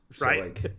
Right